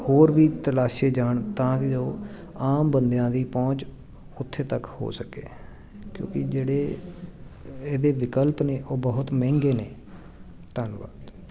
ਹੋਰ ਵੀ ਤਲਾਸ਼ੇ ਜਾਣ ਤਾਂ ਕਿ ਜੋ ਆਮ ਬੰਦਿਆਂ ਦੀ ਪਹੁੰਚ ਉੱਥੇ ਤੱਕ ਹੋ ਸਕੇ ਕਿਉਂਕਿ ਜਿਹੜੇ ਇਹਦੇ ਵਿਕਲਪ ਨੇ ਉਹ ਬਹੁਤ ਮਹਿੰਗੇ ਨੇ ਧੰਨਵਾਦ